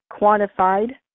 quantified